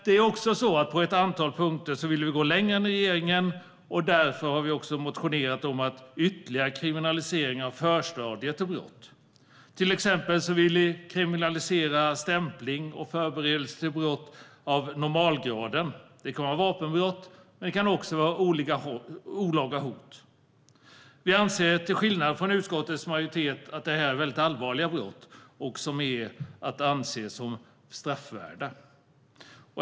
På ett antal punkter vill vi gå längre än regeringen. Därför har vi motionerat om ytterligare kriminalisering av förstadier till brott. Till exempel vill vi kriminalisera stämpling och förberedelse till brott av normalgraden - det kan vara vapenbrott men också olaga hot. Till skillnad från utskottets majoritet anser vi att detta är brott som är väldigt allvarliga och som är att anse som straffvärda.